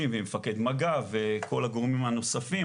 ועם מפקד מג"ב וכל הגורמים הנוספים.